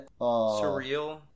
Surreal